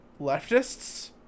leftists